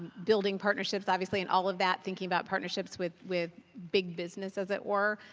building partnerships obviously in all of that. thinking about partnerships with with big business as it were.